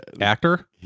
actor